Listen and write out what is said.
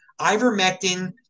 ivermectin